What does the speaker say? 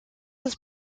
his